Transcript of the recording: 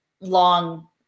long